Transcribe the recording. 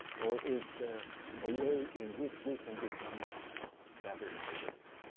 or is there a way in which we can become better neighbors?